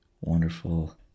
wonderful